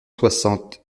soixante